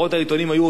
היו, היו כותרות.